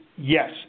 Yes